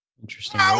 Interesting